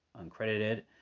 uncredited